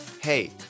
Hey